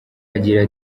agira